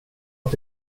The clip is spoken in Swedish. att